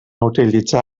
utilitzar